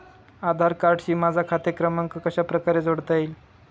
आधार कार्डशी माझा खाते क्रमांक कशाप्रकारे जोडता येईल?